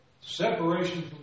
Separation